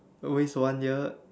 waste one year